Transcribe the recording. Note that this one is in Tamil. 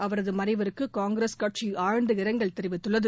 அவரது மறைவுக்கு காங்கிரஸ் கட்சி ஆழ்ந்த இரங்கல் தெரிவித்துள்ளது